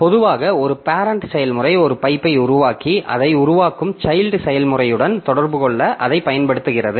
பொதுவாக ஒரு பேரெண்ட் செயல்முறை ஒரு பைப்பை உருவாக்கி அதை உருவாக்கும் சைல்ட் செயல்முறையுடன் தொடர்பு கொள்ள அதைப் பயன்படுத்துகிறது